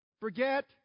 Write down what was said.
forget